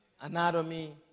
Anatomy